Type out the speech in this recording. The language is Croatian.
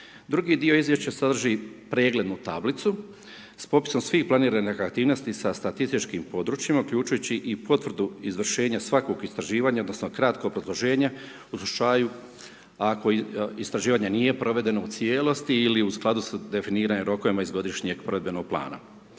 Drugi dio izvješća sadrži preglednu tablicu s popisom svih planiranih aktivnosti sa statističkim područjima uključujući i potvrdu izvršenja svakog istraživanja odnosno kratko obrazloženja u slučaju ako istraživanje nije provedeno u cijelosti ili u skladu s definiranjem rokova iz godišnjeg provedbenog plana.